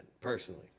personally